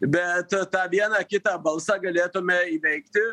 bet tą vieną kitą balsą galėtume įveikti